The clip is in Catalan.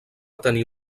tenir